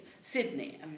Sydney